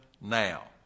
now